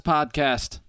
Podcast